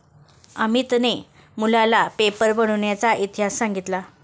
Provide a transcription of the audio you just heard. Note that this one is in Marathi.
अमितने मुलांना पेपर बनविण्याचा इतिहास सांगितला